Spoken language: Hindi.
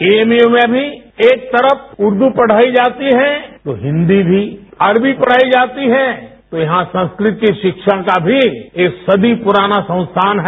एएमयू में भी एक तरफ उर्दू पढ़ाई जाती है तो हिन्दी भी अरबी पढ़ाई जाती है तो यहां संस्कृत की शिक्षा का भी एक सदी पुराना संस्थान है